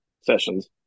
sessions